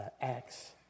Acts